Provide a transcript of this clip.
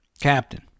Captain